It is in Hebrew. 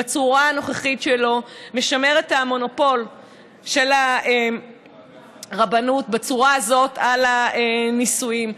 בצורה הנוכחית שלו משמר את המונופול של הרבנות בצורה הזאת על הנישואים.